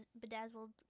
bedazzled